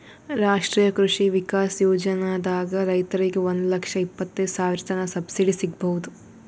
ರಾಷ್ಟ್ರೀಯ ಕೃಷಿ ವಿಕಾಸ್ ಯೋಜನಾದಾಗ್ ರೈತರಿಗ್ ಒಂದ್ ಲಕ್ಷ ಇಪ್ಪತೈದ್ ಸಾವಿರತನ್ ಸಬ್ಸಿಡಿ ಸಿಗ್ಬಹುದ್